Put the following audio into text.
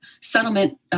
settlement